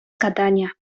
gadania